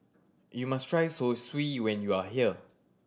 you must try Zosui when you are here